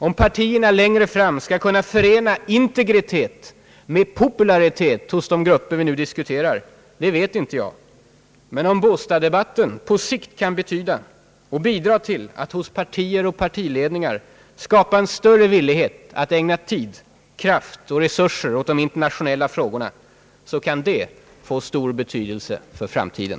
Om partierna längre fram skall kunna förena integritet med popularitet hos de grupper vi nu diskuterar vet jag inte. Men om båstaddebatten på sikt kan bidraga till att hos partier och partiledningar skapa en större villighet att ägna tid, kraft och resurser åt de internationella frågorna så kan det få stor betydelse för framtiden.